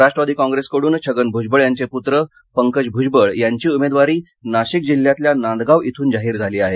राष्ट्रवादी कॉप्रेसकडून छगन भुजबळ यांचे पुत्र पंकज भुजबळ यांची उमेदवारी नाशिक जिल्ह्यातल्या नांदगाव इथून जाहीर झाली आहे